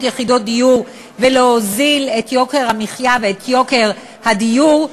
יחידות דיור ולהוריד את יוקר המחיה ואת יוקר הדיור,